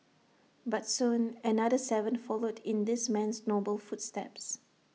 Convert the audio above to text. but soon another Seven followed in this man's noble footsteps